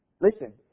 listen